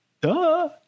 duh